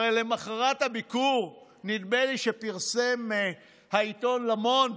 הרי למוחרת הביקור נדמה לי שהעיתון לה מונד,